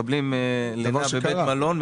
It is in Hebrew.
מקבלים לינה בבית מלון,